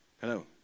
Hello